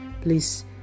please